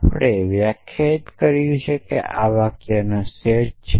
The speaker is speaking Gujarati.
આપણે વ્યાખ્યાયિત કર્યું છે કે આ વાક્યોનો સેટ શું છે